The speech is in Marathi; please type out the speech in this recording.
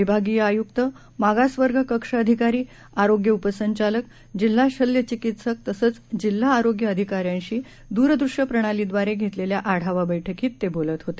विभागीय आयुक्त मागासवर्ग कक्षअधिकारी आरोग्य उपसंचालक जिल्हा शल्य चिकित्सक तसंच जिल्हा आरोग्य अधिकाऱ्यांशी दूरदृश्य प्रणालीद्वारे घेतलेल्या आढावा बैठकीत ते बोलत होते